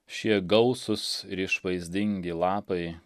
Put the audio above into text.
šie gausūs ir išvaizdingi lapai